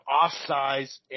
off-size